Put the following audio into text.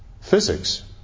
physics